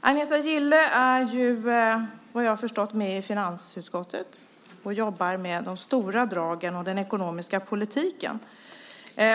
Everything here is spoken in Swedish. Agneta Gille sitter såvitt jag vet i finansutskottet och jobbar med de stora dragen och den ekonomiska politiken.